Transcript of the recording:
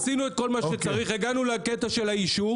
עשינו את כל מה שצריך, והגענו לקטע של האישור.